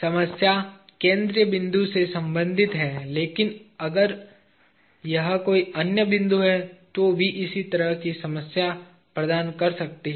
समस्या केंद्रीय बिंदु से संबंधित है लेकिन अगर यह कोई अन्य बिंदु है तो भी इसी तरह की समझ प्रदान कर सकती है